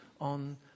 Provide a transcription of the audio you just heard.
on